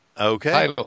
Okay